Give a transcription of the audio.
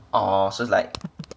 orh so it's like